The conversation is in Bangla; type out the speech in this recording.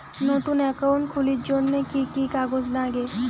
নতুন একাউন্ট খুলির জন্যে কি কি কাগজ নাগে?